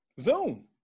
Zoom